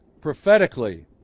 prophetically